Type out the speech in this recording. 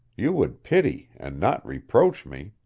you would pity and not reproach me.